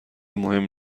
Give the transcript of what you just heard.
مهم